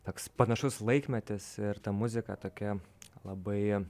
toks panašus laikmetis ir ta muzika tokia labai